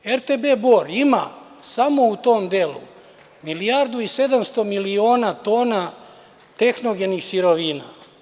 Dakle, RTB „Bor“ ima samo u tom delu milijardu i 700 miliona tona tehnogenih sirovina.